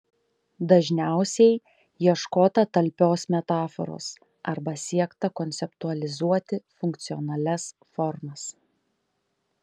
dažniausiai ieškota talpios metaforos arba siekta konceptualizuoti funkcionalias formas